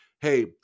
hey